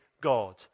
God